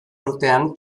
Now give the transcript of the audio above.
urtean